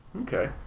Okay